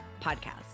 Podcast